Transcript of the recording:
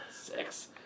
Six